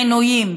עינויים".